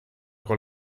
con